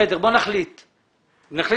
בסדר, בוא נחליט בהצבעה.